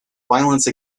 violence